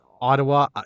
Ottawa